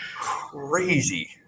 crazy